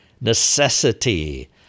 Necessity